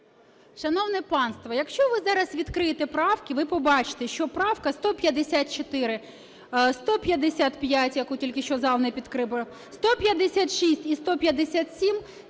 Шановне панство, якщо ви зараз відкриєте правки, ви побачите, що правка 154, 155, яку тільки що зал не підтримав, 156 і 157 –